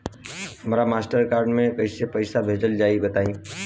हमरा Mastercard से कइसे पईसा भेजल जाई बताई?